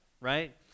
right